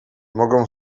mogą